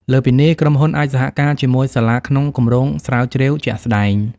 លើសពីនេះ ក្រុមហ៊ុនអាចសហការជាមួយសាលាក្នុង គម្រោងស្រាវជ្រាវ ជាក់ស្តែង។